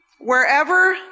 wherever